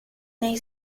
nei